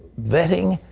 vetting.